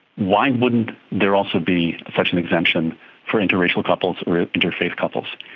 why wouldn't there also be such an exemption for interracial couples or interfaith couples?